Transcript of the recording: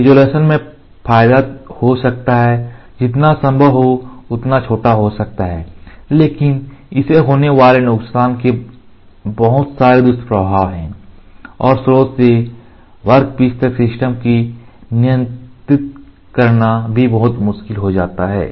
resolution में फायदा हो सकता है जितना संभव हो उतना छोटा हो सकता है लेकिन इससे होने वाले नुकसान के बहुत सारे दुष्प्रभाव हैं और स्रोत से वर्कपीस तक सिस्टम को नियंत्रित करना भी बहुत मुश्किल हो जाता है